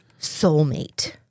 soulmate